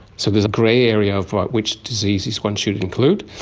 so there's a grey area of which diseases one should include,